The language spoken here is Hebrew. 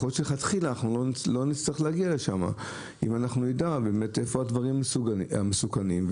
ויכול להיות שמלכתחילה לא נצטרך להגיע לשם אם נדע איפה הדברים המסוכנים,